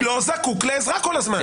אני לא זקוק לעזרה כל הזמן.